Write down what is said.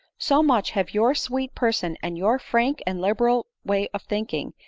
so much have your sweet person, and your frank and liberal way of thinking,